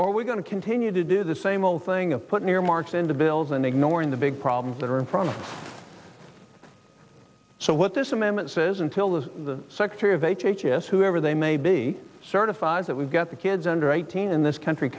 we going to continue to do the same old thing of putting earmarks into bills and ignoring the big problems that are in front so what this amendment says until the secretary of h h s whoever they may be certifies that we've got the kids under eighteen in this country